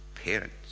parents